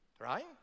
Right